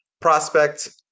prospect